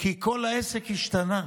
כי כל העסק השתנה.